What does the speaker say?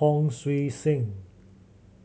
Hon Sui Sen